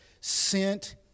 sent